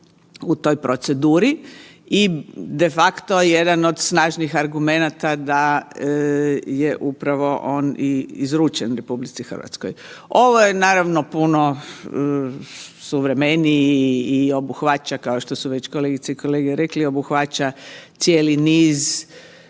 u toj proceduri i de facto jedan od snažnih argumenata da je upravo on i izručen RH. Ovo je naravno puno suvremeniji i obuhvaća kao što su već kolegice i kolege rekli obuhvaća cijeli niz